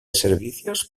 servicios